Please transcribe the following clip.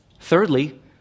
Thirdly